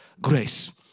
grace